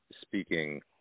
speaking